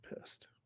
pissed